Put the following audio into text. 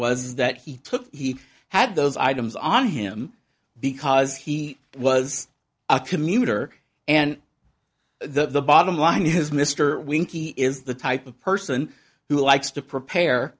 was that he took he had those items on him because he was a commuter and the bottom line is mr winky is the type of person who likes to prepare